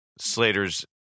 Slater's